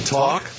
talk